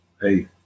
hey